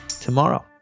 tomorrow